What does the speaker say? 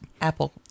apple